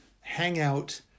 Hangout